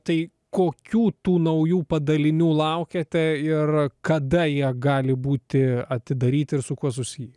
tai kokių tų naujų padalinių laukiate ir kada jie gali būti atidaryt ir su kuo susiję